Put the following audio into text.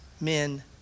men